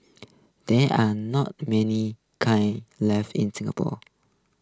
there are not many kilns left in Singapore